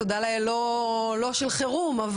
לא של חירום תודה לאל,